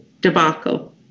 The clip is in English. debacle